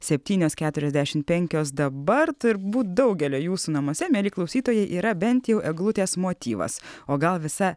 septynios keturiasdešimt penkios dabar turbūt daugelio jūsų namuose mieli klausytojai yra bent jau eglutės motyvas o gal visa